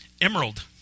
Emerald